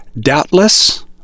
doubtless